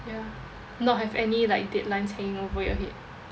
ya not have any like deadlines hanging over your head